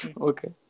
Okay